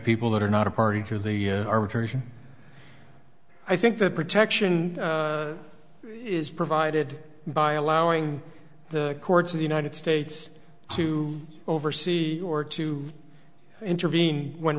people that are not a party to the r recursion i think that protection is provided by allowing the courts of the united states to oversee or to intervene when